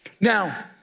Now